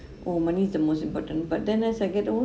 oh money is the most important but then as I get older